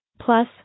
Plus